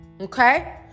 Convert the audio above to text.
okay